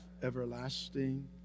everlasting